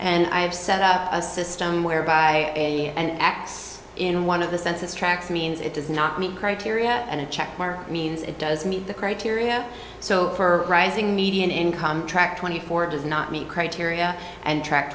and i have set up a system whereby and x in one of the census tracks means it does not meet criteria and a check mark means it does meet the criteria so for rising median income track twenty four does not meet criteria and track